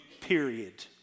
Period